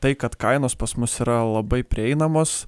tai kad kainos pas mus yra labai prieinamos